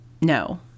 no